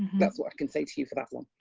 that's what i can say to you for that one.